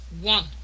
one